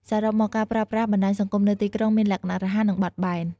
សរុបមក ការប្រើប្រាស់បណ្ដាញសង្គមនៅទីក្រុងមានលក្ខណៈរហ័ស និងបត់បែន។